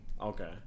Okay